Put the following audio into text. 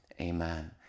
amen